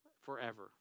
forever